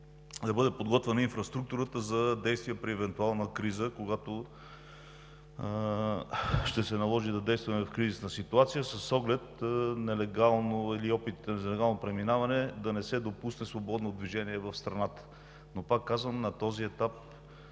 да бъде подготвена инфраструктурата за действия при евентуална криза, когато ще се наложи да действаме в кризисна ситуация – с оглед нелегално, или опит за нелегално преминаване да не се допусне свободно движение в страната. Пак казвам, на този етап